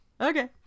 Okay